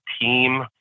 team